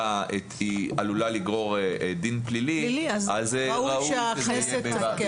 עלולה לגרור דין פלילי אז ראוי --- ראוי שהכנסת תפקח.